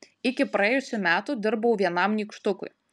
iki praėjusių metų dirbau vienam nykštukui